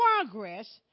progress